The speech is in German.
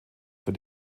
für